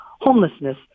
homelessness